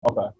Okay